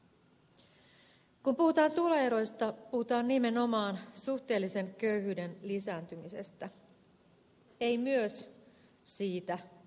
kun puhutaan tuloeroista puhutaan nimenomaan suhteellisen köyhyyden lisääntymisestä ei myös siitä